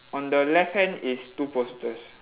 on the left hand is two posters